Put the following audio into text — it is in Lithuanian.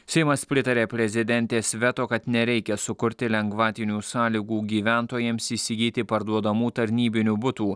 seimas pritarė prezidentės veto kad nereikia sukurti lengvatinių sąlygų gyventojams įsigyti parduodamų tarnybinių butų